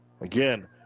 Again